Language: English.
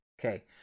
Okay